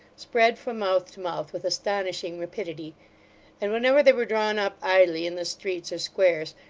spread from mouth to mouth with astonishing rapidity and whenever they were drawn up idly in the streets or squares,